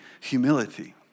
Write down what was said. humility